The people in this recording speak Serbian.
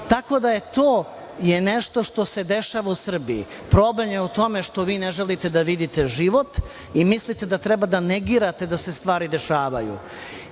da je to nešto što se dešava u Srbiji. Problem je u tome što vi ne želite da vidite život i mislite da treba da negirate da se stvari dešavaju.